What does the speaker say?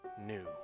new